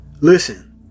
Listen